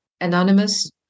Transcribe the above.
anonymous